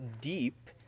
deep